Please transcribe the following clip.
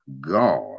God